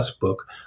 book